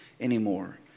anymore